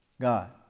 God